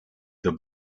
the